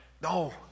No